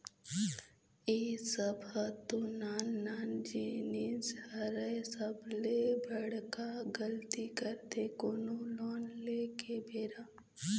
ए सब ह तो नान नान जिनिस हरय सबले बड़का गलती करथे कोनो लोन ले के बेरा